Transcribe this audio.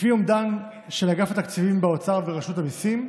לפי אומדן של אגף התקציבים באוצר ורשות המיסים,